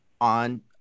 on